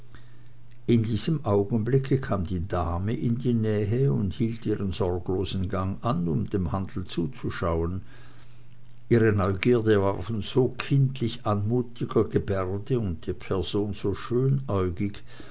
in diesem augenblicke kam die dame in die nähe und hielt ihren sorglosen gang an um dem handel zuzuschauen ihre neugierde war von so kindlich anmutiger gebärde und die person so